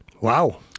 Wow